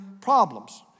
problems